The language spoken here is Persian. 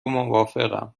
موافقم